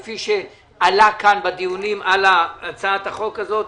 כפי שעלה כאן בדיונים על הצעת החוק הזאת.